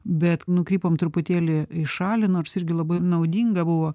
bet nukrypom truputėlį į šalį nors irgi labai naudinga buvo